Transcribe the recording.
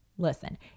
Listen